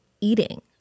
eating